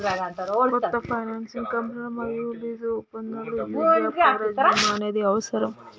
కొన్ని ఫైనాన్సింగ్ కంపెనీలు మరియు లీజు ఒప్పందాలకు యీ గ్యేప్ కవరేజ్ బీమా అనేది అవసరం